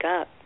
up